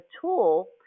tool